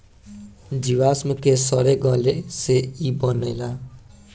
जीवाश्म के सड़े गले से ई बनेला